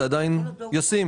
זה עדיין ישים.